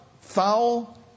foul